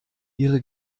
ihre